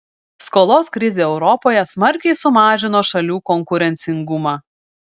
skolos krizė europoje smarkiai sumažino šalių konkurencingumą